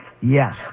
Yes